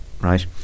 right